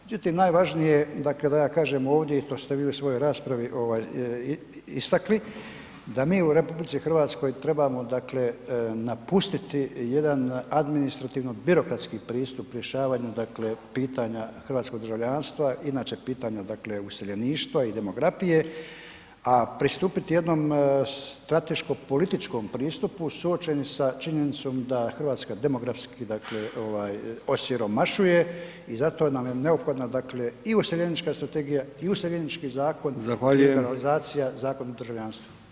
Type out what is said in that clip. Međutim, najvažnije je dakle da ja kažem ovdje i to ste vi u svojoj raspravi istakli, da mi u RH trebamo napustiti jedan administrativno-birokratski pristup rješavanju pitanja hrvatskog državljanstva inače pitanje useljeništva i demografije a pristupiti jednom strateško-političkom pristupu suočeni sa činjenicom da Hrvatska demografski osiromašuje i zato nam je neophodna i useljenička strategija i useljenički zakon i liberalizacija Zakona o državljanstvu.